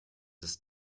ist